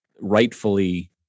rightfully